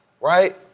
right